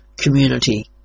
community